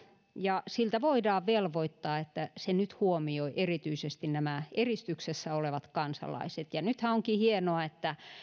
ja siltä voidaan velvoittaa että se nyt huomioi erityisesti nämä eristyksessä olevat kansalaiset nythän onkin hienoa että